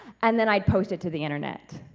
and then i post it to the internet